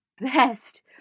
best